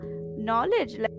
knowledge